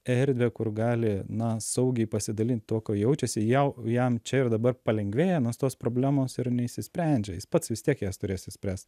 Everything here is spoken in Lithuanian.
erdvę kur gali na saugiai pasidalint tuo kuo jaučiasi jau jam čia ir dabar palengvėja nos tos problemos ir neišsisprendžia jis pats vis tiek jas turės išspręst